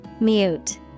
Mute